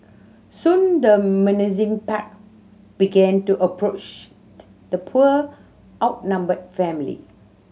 soon the menacing pack began to approach the poor outnumbered family